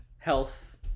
Health